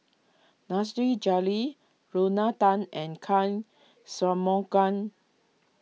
Nasir Jalil Lorna Tan and can Shanmugam